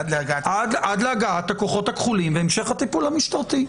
עד להגעת הכוחות הכחולים והמשך הטיפול המשטרתי.